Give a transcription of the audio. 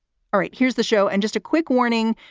all right. here's the show and just a quick warning,